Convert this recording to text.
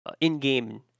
in-game